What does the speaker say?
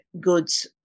goods